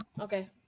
Okay